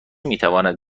میتواند